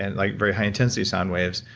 and like, very high-intensity sound waves.